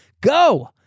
Go